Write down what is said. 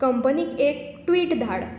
कंपनीक एक ट्विट धाड